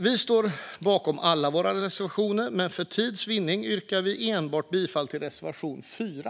Jag står bakom alla våra reservationer, men för tids vinnande yrkar jag bifall endast till reservation 4.